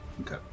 Okay